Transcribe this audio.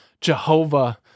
Jehovah